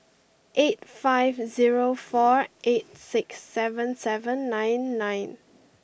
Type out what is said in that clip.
eight five zero four eight six seven seven nine nine